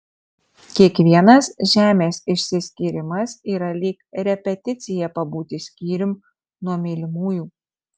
kiekvienas žemės išsiskyrimas yra lyg repeticija pabūti skyrium nuo mylimųjų